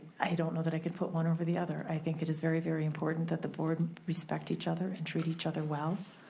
i don't know that i could put one over the other. i think it is very very important that the board respect each other and treat each other well,